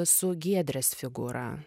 su giedrės figūra